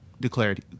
declared